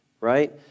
Right